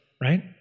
right